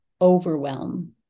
overwhelm